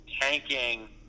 tanking